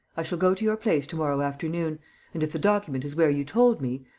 i shall go to your place tomorrow afternoon and, if the document is where you told me,